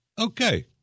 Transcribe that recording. Okay